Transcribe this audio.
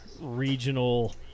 Regional